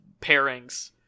pairings